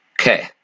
okay